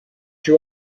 you